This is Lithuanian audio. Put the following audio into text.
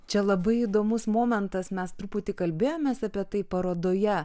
čia labai įdomus momentas mes truputį kalbėjomės apie tai parodoje